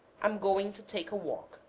am going to take a walk.